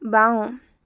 বাওঁ